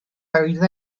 oedd